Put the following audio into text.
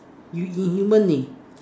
you you you money